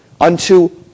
Unto